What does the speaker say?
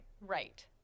Right